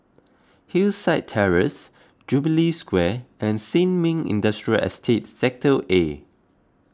Hillside Terrace Jubilee Square and Sin Ming Industrial Estate Sector A